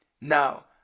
Now